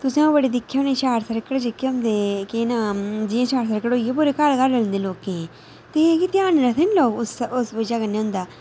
तुसें ओह् बड़े दिक्खे होने शार्ट सर्किट जेह्के होंदे केह् नांऽ जि'यां शार्ट सर्किट होंदे पूरे घर घर लगदे लोकें ई की के ध्यान निं रखदे लोक उस उस्सै वजह् कन्नै होंदा